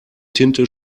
tinte